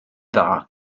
dda